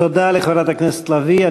תודה לחברת הכנסת לביא.